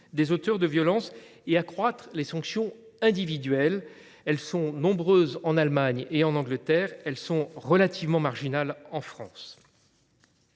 des auteurs de violences et d’accroître les sanctions individuelles, qui sont nombreuses en Allemagne et en Angleterre, mais relativement marginales en France.